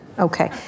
Okay